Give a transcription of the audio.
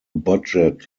budget